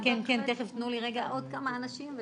תהילה, בבקשה.